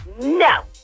no